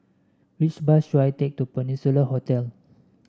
which bus should I take to Peninsula Hotel